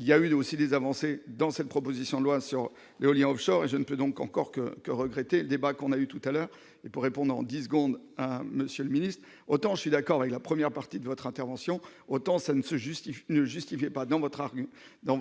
il y a eu aussi des avancées dans cette proposition de loi c'est en éolien Offshore et je ne peux donc encore que que regretter le débat qu'on a vu tout à l'heure et pour répondre, disent à Monsieur le Ministre, autant je suis d'accord avec la première partie de votre intervention, autant ça ne se justifie ne justifiait pas dans votre, dans